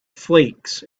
flakes